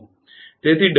તેથી 𝑊 0